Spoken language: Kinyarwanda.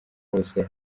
hose